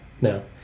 no